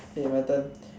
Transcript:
eh my turn